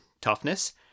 toughness